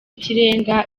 y’ikirenga